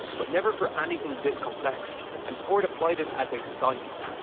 but never for anything this complex and ford applied it as a science.